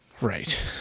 Right